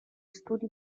studi